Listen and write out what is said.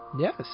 Yes